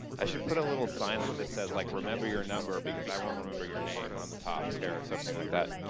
i should put a little sign that says, like remember your number because i won't remember your name. on the top here or something like that.